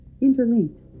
Interlinked